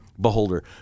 beholder